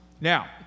Now